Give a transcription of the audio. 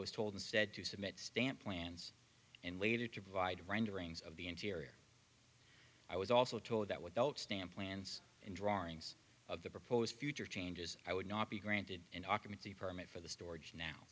was told instead to submit stamped plans and later to provide renderings of the interior i was also told that without stamp plans and drawings of the proposed future changes i would not be granted an occupancy permit for the storage now